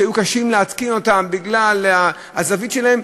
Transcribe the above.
שהיה קשה להתקין אותן בגלל הזווית שלהן,